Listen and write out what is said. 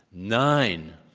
nine,